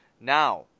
Now